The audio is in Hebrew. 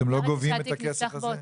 אתם לא גובים את הכסף הזה?